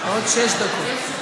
עוד שש דקות.